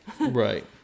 Right